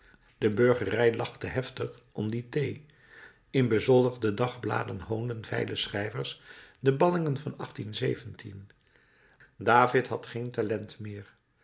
de burgerij lachte hevig om die t in bezoldigde dagbladen hoonden veile schrijvers de ballingen van david had geen talent meer